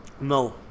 No